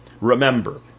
Remember